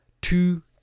two